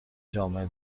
جامعه